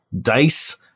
dice